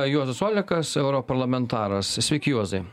juozas olekas europarlamentaras sveiki juozai